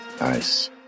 Nice